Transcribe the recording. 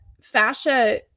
fascia